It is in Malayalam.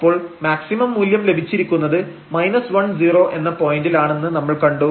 അപ്പോൾ മാക്സിമം മൂല്യം ലഭിച്ചിരിക്കുന്നത് 10 എന്ന പോയന്റിൽ ആണെന്ന് നമ്മൾ കണ്ടു